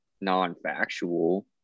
non-factual